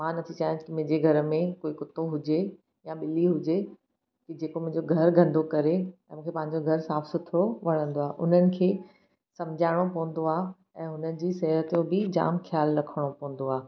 मां नथी चाहियां की मुंहिंजे घर में कोई कुतो हुजे या ॿिली हुजे की जेको मुंहिंजो घर गंदो करे ऐं मूंखे पंहिंजो घर साफ़ सुथिरो वणंदो आहे उन्हनि खे समझाइणो पवंदो आहे ऐं हुनन जी सिहत जो बि जाम ख़्यालु रखिणो पवंदो आहे